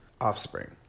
Offspring